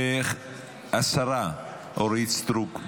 השרה אורית סטרוק,